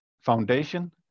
foundation